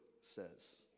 says